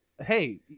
Hey